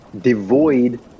devoid